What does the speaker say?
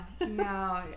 No